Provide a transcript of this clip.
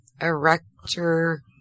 Erector